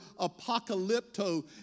apocalypto